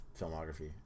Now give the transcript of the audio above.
filmography